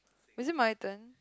was it my turn